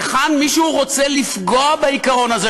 וכאן מישהו רוצה לפגוע בעיקרון הזה,